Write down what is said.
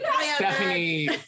stephanie